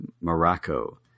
morocco